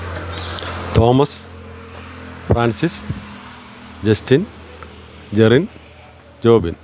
Thomas Francis Justin Jerin Jobin